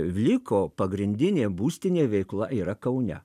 vliko pagrindinė būstinė veikla yra kaune